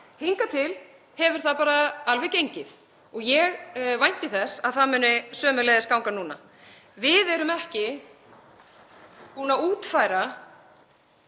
Hingað til hefur það bara alveg gengið og ég vænti þess að það muni sömuleiðis ganga núna. Við erum ekki búin að útfæra